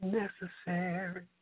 necessary